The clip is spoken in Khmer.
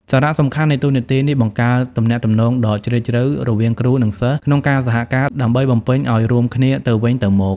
សារៈសំខាន់នៃតួនាទីនេះបង្កើតទំនាក់ទំនងដ៏ជ្រាលជ្រៅរវាងគ្រូ និងសិស្សក្នុងការសហការ ដើម្បីបំពេញឱ្យរួមគ្នាទៅវិញទៅមក។